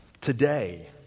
Today